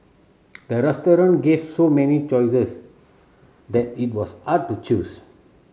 the restaurant gave so many choices that it was hard to choose